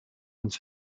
une